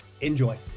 Enjoy